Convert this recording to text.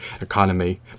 economy